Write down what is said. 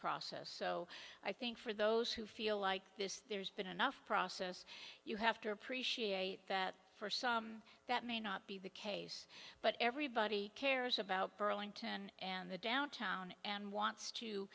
process so i think for those who feel like this there's been enough process you have to appreciate that for some that may not be the case but everybody cares about burlington and the downtown and wants to